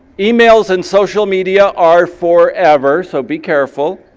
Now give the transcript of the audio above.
emails and social media are forever, so be careful.